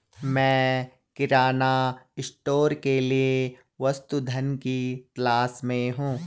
मैं किराना स्टोर के लिए वस्तु धन की तलाश में हूं